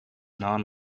non